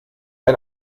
ein